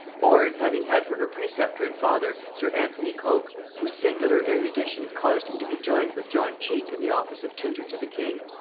or in having had for her preceptor and father sir anthony coke, whose singular erudition caused him to be joined with john cheke in the office of tutor to the king,